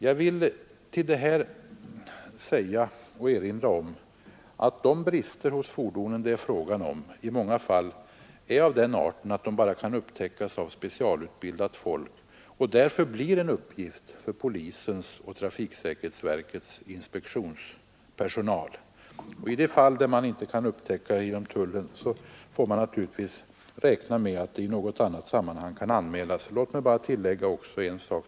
Jag vill erinra om att de brister det är fråga om hos fordonen i många fall är av den arten att de bara kan upptäckas av specialutbildat folk, och därför blir kontrollen en uppgift för polisens och trafiksäkerhetsverkets inspektionspersonal. I de fall där tullpersonalen inte kan upptäcka bristerna får man naturligtvis räkna med att dessa i något annat sammanhang kan anmälas.